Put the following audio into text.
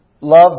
Love